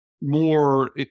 more